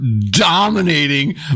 dominating